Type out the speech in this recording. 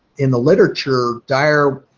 in the literature, dyar